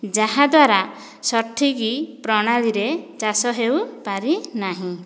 ଯାହାଦ୍ୱାରା ସଠିକ ପ୍ରଣାଳୀରେ ଚାଷ ହେଉପାରିନାହିଁ